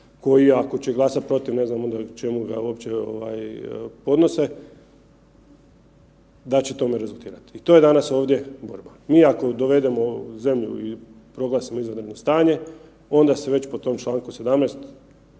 koji ako će glasati protiv ne znam onda čemu ga uopće podnose da će tome rezultirati. I to je danas ovdje borba. Mi ako dovedemo zemlju i proglasimo izvanredno stanje onda se već po tom čl. 17.